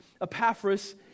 Epaphras